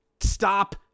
stop